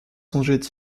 songeait